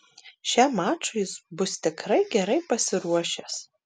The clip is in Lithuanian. šiam mačui jis bus tikrai gerai pasiruošęs